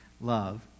love